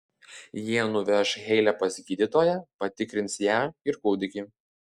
jie nuveš heilę pas gydytoją patikrins ją ir kūdikį